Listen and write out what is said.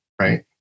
Right